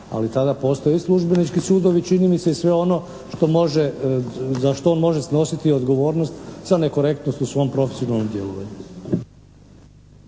ali tada postoje i službenički sudovi, čini mi se, i sve ono što može, za što on može snositi odgovornost za nekorektnost u svom profesionalnom djelovanju.